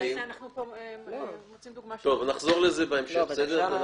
נחזור לזה בהמשך.